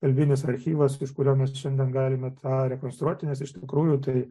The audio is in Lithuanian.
kalbinis archyvas iš kurio mes šiandien galime tą rekonstruoti nes iš tikrųjų tai